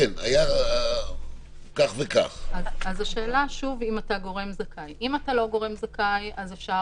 ככל שיש השגות, כמובן, אפשר